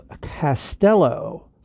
Castello